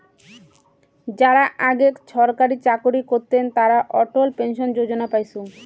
যারা আগেক ছরকারি চাকরি করতেন তারা অটল পেনশন যোজনা পাইচুঙ